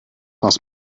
was